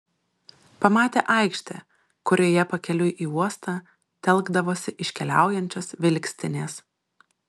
pamatė aikštę kurioje pakeliui į uostą telkdavosi iškeliaujančios vilkstinės